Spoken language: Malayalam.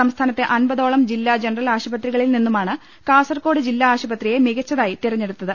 സംസ്ഥാനത്തെ അമ്പതോളം ജില്ലാ ജനറൽ ആശുപത്രിക ളിൽ നിന്നുമാണ് കാസർകോട് ജില്ലാ ആശുപത്രിയെ മികച്ചതായി തെരഞ്ഞെടുത്തത്